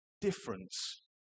Difference